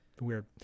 Weird